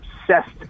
obsessed